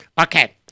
okay